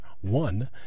one